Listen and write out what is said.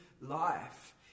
life